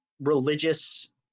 religious